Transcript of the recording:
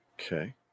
Okay